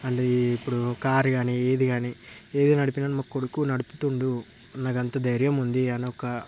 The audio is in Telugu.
మళ్లీ ఇప్పుడు కారు గాని ఏది గాని ఏది నడిపిన మా కొడుకు నడుపుతుండు అన్నదంతా ధైర్యం ఉంది అని ఒక